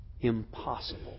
impossible